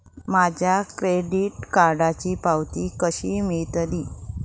माझ्या क्रेडीट कार्डची पावती कशी मिळतली?